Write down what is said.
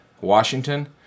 Washington